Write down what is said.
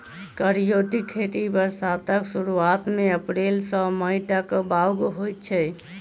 करियौती खेती बरसातक सुरुआत मे अप्रैल सँ मई तक बाउग होइ छै